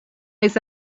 les